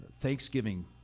Thanksgiving